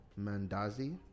mandazi